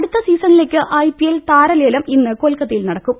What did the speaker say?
അടുത്ത സീസണിലേക്ക് ഐപിഎൽ താരലേലം ഇന്ന് കൊൽക്കത്തയിൽ നടക്കും